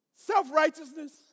Self-righteousness